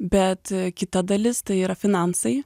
bet kita dalis tai yra finansai